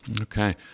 Okay